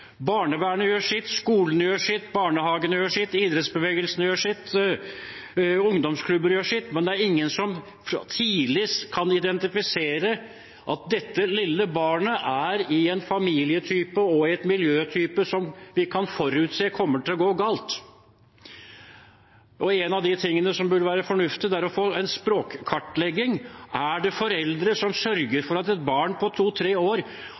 Barnevernet gjør sitt, skolene gjør sitt, barnehagene gjør sitt, idrettsbevegelsen gjør sitt, ungdomsklubbene gjør sitt, men det er ingen som tidlig kan identifisere at dette lille barnet er i en familietype og i en type miljø som gjør at vi kan forutse at det kommer til å gå galt. En av de tingene som burde være fornuftig, er å få til en språkkartlegging: Er det foreldre som sørger for at et barn på 2–3 år